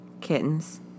kittens